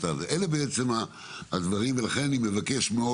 לכן אני מבקש,